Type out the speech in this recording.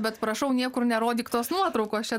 bet prašau niekur nerodyk tos nuotraukos čia